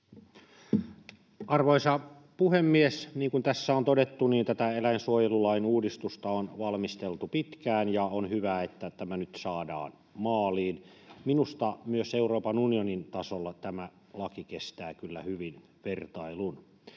Arvoisa puhemies! Niin kuin tässä on todettu, tätä eläinsuojelulain uudistusta on valmisteltu pitkään, ja on hyvä, että tämä nyt saadaan maaliin. Minusta myös Euroopan unionin tasolla tämä laki kestää kyllä hyvin vertailun.